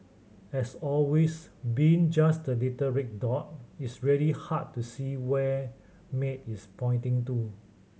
as always being just the little red dot it's really hard to see where Maid is pointing to